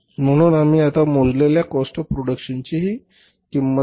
म्हणून आम्ही आता मोजलेल्या काॅस्ट ऑफ प्रोडक्शनची हि किंमत आहे